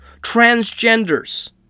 transgenders